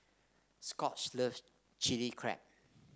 Scot loves Chili Crab